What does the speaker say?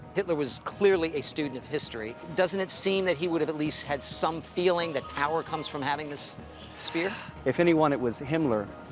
hitler was clearly a student of history. doesn't it seem that he would have at least had some feeling that power comes from having this spear? if anyone, it was himmler.